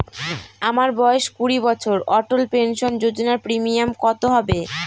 আমার বয়স কুড়ি বছর অটল পেনসন যোজনার প্রিমিয়াম কত হবে?